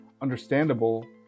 understandable